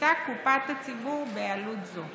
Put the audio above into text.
תישא קופת הציבור בעלות זו.